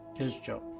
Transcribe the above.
is joe.